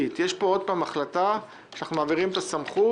כפי שתוקן בסעיף 19 לחוק הבחירות לכנסת ה-23 (הוראות מיוחדות),